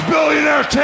Billionaire